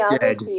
dead